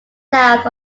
south